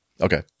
Okay